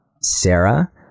Sarah